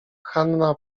hanna